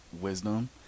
wisdom